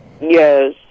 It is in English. Yes